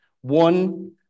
One